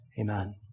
Amen